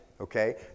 okay